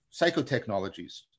psychotechnologies